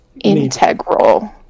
integral